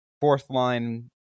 fourth-line